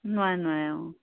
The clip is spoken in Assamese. নোৱাৰে নোৱাৰে অঁ